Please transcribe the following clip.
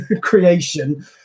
creation